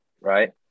right